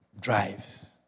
drives